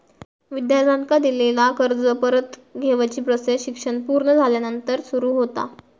विद्यार्थ्यांका दिलेला कर्ज परत घेवची प्रोसेस शिक्षण पुर्ण झाल्यानंतर सुरू होता